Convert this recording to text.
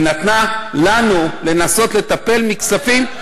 ונתנה לנו לנסות לטפל מכספים,